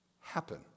happen